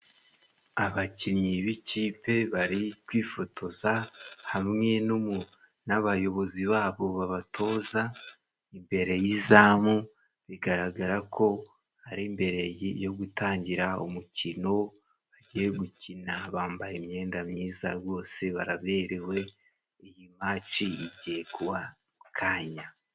Abakinnyi b'ikipe bari kwifotoza, hamwe n' umu n'abayobozi babo babatoza imbere y'izamu. Bigaragara ko ari mbere yo gutangira umukino bagiye gukina, bambaye imyenda myiza rwose baraberewe, mace igiye kuba aka kanya.